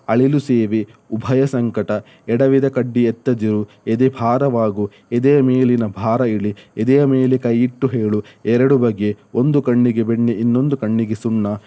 ಅಳಿಲು ಸೇವೆ ಉಭಯ ಸಂಕಟ ಎಡವಿದ ಕಡ್ಡಿ ಎತ್ತದಿರು ಎದೆ ಭಾರವಾಗು ಎದೆಯ ಮೇಲಿನ ಭಾರ ಇಳಿ ಎದೆಯ ಮೇಲೆ ಕೈಯಿಟ್ಟು ಹೇಳು ಎರಡು ಬಗೆ ಒಂದು ಕಣ್ಣಿಗೆ ಬೆಣ್ಣೆ ಇನ್ನೊಂದು ಕಣ್ಣಿಗೆ ಸುಣ್ಣ